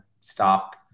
stop